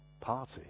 party